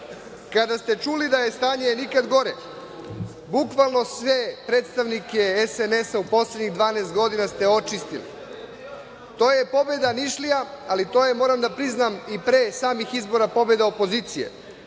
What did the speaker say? Kada ste čuli da je stanje nikad gore, bukvalno sve predstavnike SNS u poslednjih 12 godina ste očistili. To je pobeda Nišlija, ali to je, moram da priznam, i pre samih izbora pobeda opozicije,